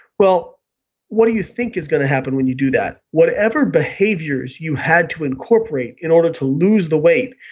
well what do you think is going to happen when you do that? whatever behaviors you had to incorporate in order to lose the weight,